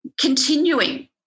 continuing